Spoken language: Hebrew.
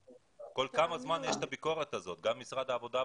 כל כמה זמן מתבצעת הביקורת הזאת שלכם וגם של משרד הרווחה?